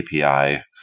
API